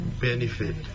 benefit